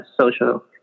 social